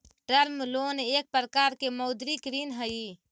term loan एक प्रकार के मौदृक ऋण हई